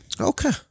okay